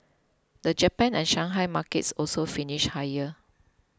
the Japan and Shanghai markets also finish higher